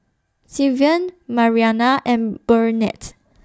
Sylvan Marianna and Burnett